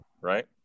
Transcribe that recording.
right